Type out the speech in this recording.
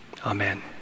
Amen